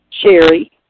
Sherry